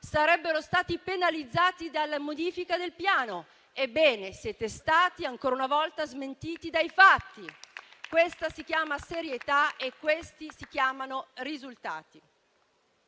sarebbero stati penalizzati dalla modifica del PNRR. Ebbene, siete stati ancora una volta smentiti dai fatti. Questa si chiama serietà e questi si chiamano risultati.